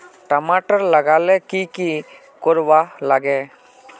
टमाटर लगा ले की की कोर वा लागे?